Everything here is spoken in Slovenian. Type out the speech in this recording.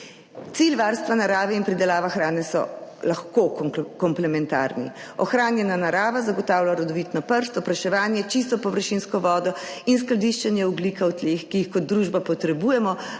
Cilj varstva narave in pridelave hrane so lahko komplementarni. Ohranjena narava zagotavlja rodovitno prst, opraševanje, čisto površinsko vodo in skladiščenje ogljika v tleh, ki jih kot družba potrebujemo,